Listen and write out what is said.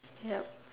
yup